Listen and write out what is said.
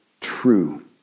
true